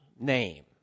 name